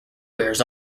wears